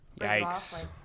yikes